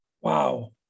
Wow